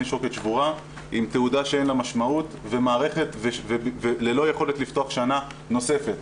שוקת שבורה עם תעודה שאין לה משמעות וללא יכולת לפתוח שנה נוספת,